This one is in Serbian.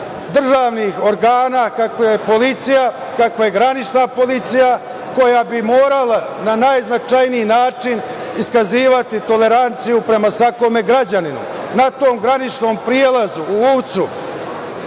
državnih organa kakva je policija, kakva je granična policija koja bi morala na najznačajniji način iskazivati toleranciju prama svakom građaninu. Na tom graničnom prelazu u Uvcu,